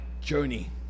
journey